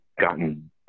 gotten